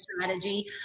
strategy